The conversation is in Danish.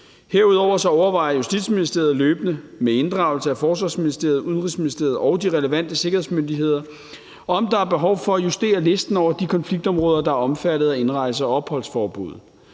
Herudover overvejer Justitsministeriet med inddragelse af Forsvarsministeriet, Udenrigsministeriet og de relevante sikkerhedsmyndigheder løbende, om der er behov for at justere listen over de konfliktområder, der er omfattet af indrejse- og opholdsforbud.